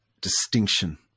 distinction